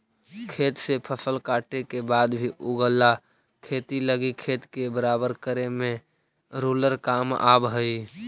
खेत से फसल काटे के बाद भी अगला खेती लगी खेत के बराबर करे में रोलर काम आवऽ हई